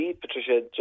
Patricia